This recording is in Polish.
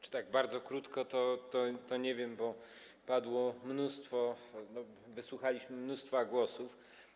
Czy tak bardzo krótko, to nie wiem, bo padło mnóstwo... wysłuchaliśmy mnóstwa głosów.